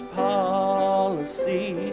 policy